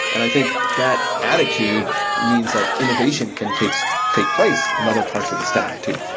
and i think that attitude means that innovation can take so take place in other parts of the stack too.